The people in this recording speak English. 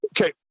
Okay